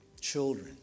children